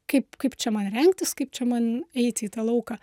kaip kaip čia man rengtis kaip čia man eiti į lauką